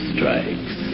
Strikes